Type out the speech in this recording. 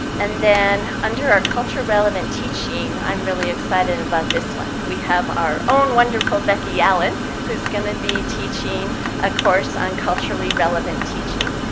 and then under our culture relevant teaching i'm really excited about this one we have our own wonderful becky allen who's going to be teaching a course on culturally relevant teaching.